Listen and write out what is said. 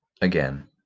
Again